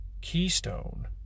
Keystone